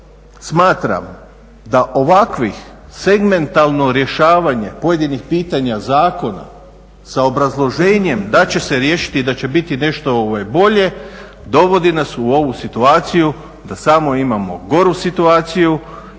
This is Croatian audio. smatram da ovakvih segmentalno rješavanje pojedinih pitanja zakona sa obrazloženjem da će se riješiti i da će biti nešto bolje dovodi nas u ovu situaciju da samo imamo goru situaciju